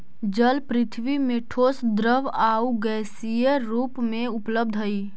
जल पृथ्वी में ठोस द्रव आउ गैसीय रूप में उपलब्ध हई